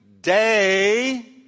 day